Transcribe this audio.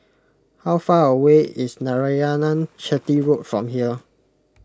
how far away is Narayanan Chetty Road from here